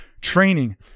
training